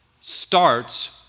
starts